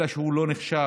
אלא שהוא לא נחשב